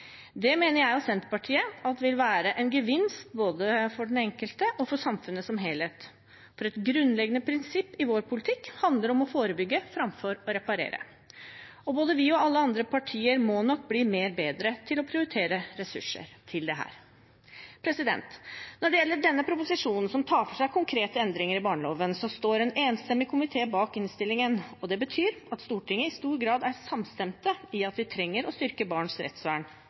Det mener jeg og Senterpartiet vil være en gevinst både for den enkelte og for samfunnet som helhet. Et grunnleggende prinsipp i vår politikk handler om å forebygge framfor å reparere. Både vi og alle andre partier må nok bli bedre til å prioritere ressurser til dette. Når det gjelder denne proposisjonen, som tar for seg konkrete endringer i barneloven, står det en enstemmig komité bak innstillingen. Det betyr at Stortinget i stor grad er samstemt i at vi trenger å styrke barns rettsvern.